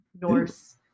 Norse